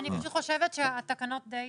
אני חושבת שהתקנות די